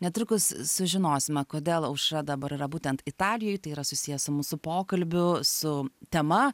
netrukus sužinosime kodėl aušra dabar yra būtent italijoj tai yra susiję su mūsų pokalbiu su tema